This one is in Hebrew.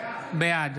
בעד